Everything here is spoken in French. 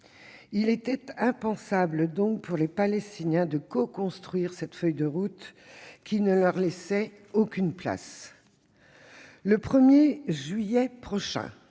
Il était donc impensable pour les Palestiniens de coconstruire cette feuille de route qui ne leur laissait aucune place. Très bientôt, le 1 juillet prochain,